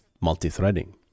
multi-threading